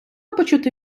почути